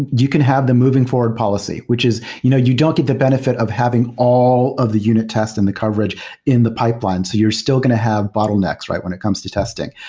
you can have the moving forward policy, which is you know you don't get the benef it of having all of the unit test and the coverage in the pipelines. so you're still going to have bottlenecks when it comes to testing.